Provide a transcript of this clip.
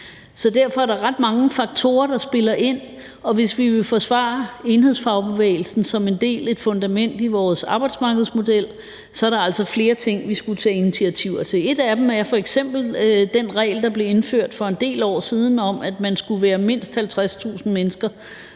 Derfor er der ret mange faktorer, der spiller ind, og hvis vi vil forsvare enhedsfagbevægelsen som en del, et fundament i vores arbejdsmarkedsmodel, er der altså flere ting, vi skulle tage initiativer til. Et af dem er f.eks. den regel, der blev indført for en del år siden, om, at man skulle være mindst 50.000 medlemmer